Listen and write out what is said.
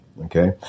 Okay